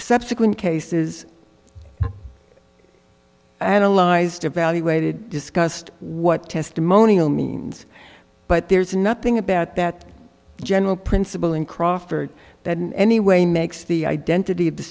subsequent cases analyzed evaluated discussed what testimonial means but there's nothing about that general principle in crawford that in any way makes the identity